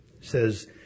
says